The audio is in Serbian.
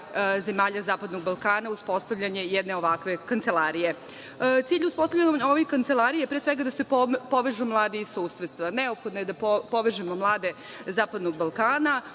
zemalja zapadnog Balkana uspostavljanje jedne ovakve kancelarije. Cilj uspostavljanja ove kancelarije je pre svega da se povežu mladi iz susedstva. Neophodno je da povežemo mlade zapadnog Balkana,